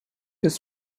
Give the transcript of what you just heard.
his